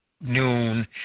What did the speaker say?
noon